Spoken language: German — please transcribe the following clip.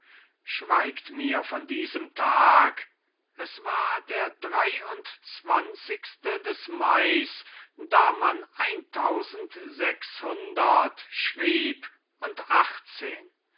schweigt mir von diesem tag es war der drei und zwanzigste des mais da man eintausend sechshundert schrieb und achtzehn